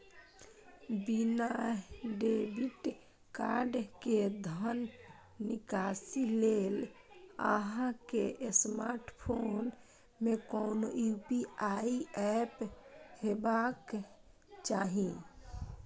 बिना debit card के धन निकासी लेल अहां के स्मार्टफोन मे कोनो यू.पी.आई एप हेबाक चाही